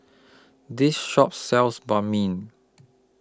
This Shop sells Banh MI